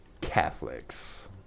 Catholics